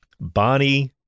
Bonnie